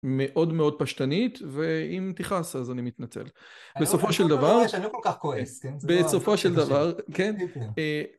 מאוד מאוד פשטנית ואם תכעס אז אני מתנצל בסופו של דבר אני לא כל כך כועס בסופו של דבר